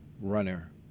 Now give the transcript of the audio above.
runner